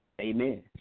Amen